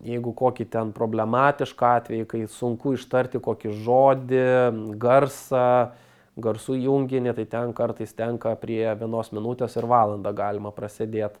jeigu kokį ten problematišką atvejį kai sunku ištarti kokį žodį garsą garsų junginį tai ten kartais tenka prie vienos minutės ir valandą galima prasėdėt